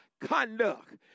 conduct